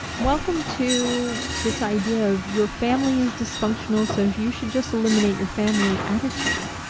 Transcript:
welcome to this idea of your family is dysfunctional, so if you should just eliminate your family attitude.